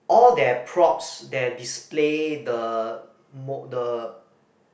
all their props their display the m~ the